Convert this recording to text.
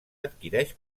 adquireix